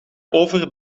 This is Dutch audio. over